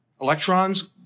Electrons